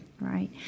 Right